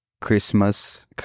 Christmas